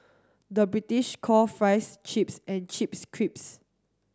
the British call fries chips and chips crisps